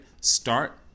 Start